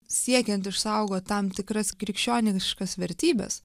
siekiant išsaugot tam tikras krikščioniškas vertybes